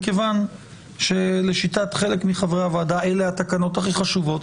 מכיוון שלשיטת חלק מחברי הוועדה אלה התקנות הכי חשובות,